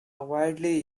widely